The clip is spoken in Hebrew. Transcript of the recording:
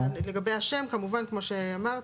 לגבי השם, כמובן כמו שאמרת.